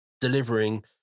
delivering